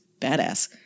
badass